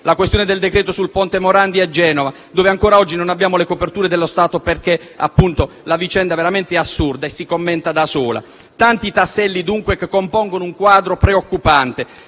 in questo mese, relativo al ponte Morandi a Genova, su cui ancora oggi non abbiamo le coperture dello Stato. La vicenda è veramente assurda e si commenta da sola. Sono tanti tasselli, dunque, che compongono un quadro preoccupante